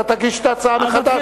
אתה תגיש את ההצעה מחדש.